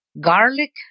garlic